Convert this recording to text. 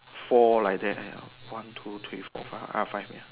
four like that uh one two three four five ah five ya